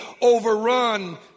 overrun